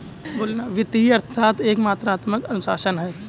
वित्तीय अर्थशास्त्र एक मात्रात्मक अनुशासन है